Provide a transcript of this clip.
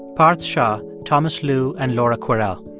parth shah, thomas lu and laura kwerel.